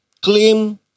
claim